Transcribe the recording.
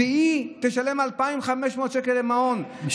למעון, והיא תשלם 2,500 שקל למעון, משפט אחרון.